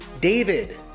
David